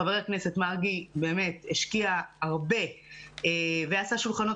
חבר הכנסת מרגי השקיע הרבה ועשה שולחנות